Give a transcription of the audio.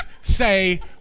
say